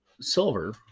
silver